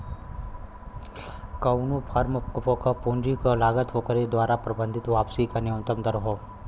कउनो फर्म क पूंजी क लागत ओकरे द्वारा प्रबंधित वापसी क न्यूनतम दर हौ